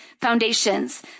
foundations